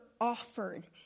offered